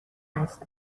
است